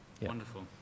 Wonderful